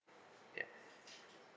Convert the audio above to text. ya